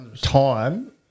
time